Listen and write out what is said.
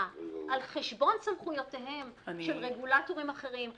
על חשבון סמכויותיהם של רגולטורים אחרים,